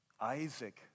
Isaac